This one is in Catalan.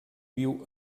viu